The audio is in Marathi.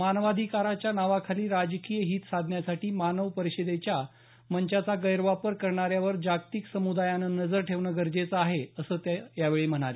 मानवाधिकारच्या नावाखाली राजकीय हित साधण्यासाठी मानव परिषदेच्या मंचापा गैरवापर करणाऱ्यावर जागतिक समुदायानं नजर ठेवणं गरजेचं आहे असं त्या म्हणाल्या